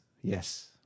Yes